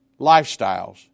lifestyles